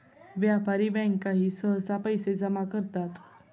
व्यापारी बँकाही सहसा पैसे जमा करतात